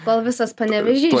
kol visas panevėžys